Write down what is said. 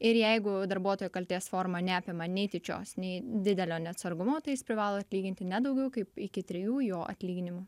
ir jeigu darbuotojo kaltės forma neapima nei tyčios nei didelio neatsargumo tai jis privalo atlyginti ne daugiau kaip iki trijų jo atlyginimų